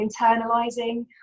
internalizing